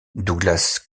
douglas